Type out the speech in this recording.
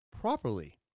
properly